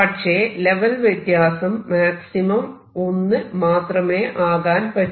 പക്ഷെ ലെവൽ വ്യത്യാസം മാക്സിമം 1 മാത്രമേ ആകാൻ പറ്റൂ